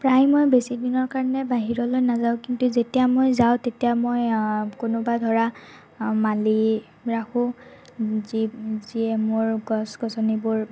প্ৰায় মই বেছি দিনৰ কাৰণে বাহিৰলৈ নাযাওঁ কিন্তু যেতিয়া মই যাওঁ তেতিয়া মই কোনোবা ধৰা মালি ৰাখোঁ যি যিয়ে মোৰ গছ গছনিবোৰ